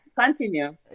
Continue